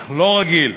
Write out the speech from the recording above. לא רגיל.